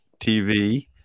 TV